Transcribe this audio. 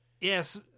Yes